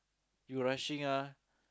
you rushing ah